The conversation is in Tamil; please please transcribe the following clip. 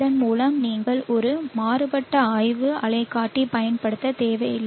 இதன்மூலம் நீங்கள் ஒரு மாறுபட்ட ஆய்வு அலைக்காட்டி பயன்படுத்த தேவையில்லை